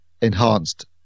enhanced